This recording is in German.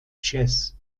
jazz